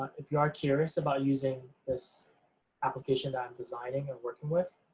if you're curious about using this application that i am designing and working with,